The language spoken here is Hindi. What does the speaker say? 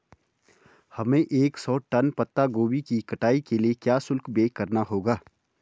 हमें एक सौ टन पत्ता गोभी की कटाई के लिए क्या शुल्क व्यय करना होगा?